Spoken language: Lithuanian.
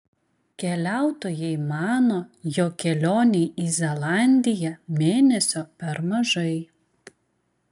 keliautojai mano jog kelionei į zelandiją mėnesio per mažai